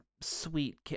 sweet